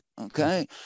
okay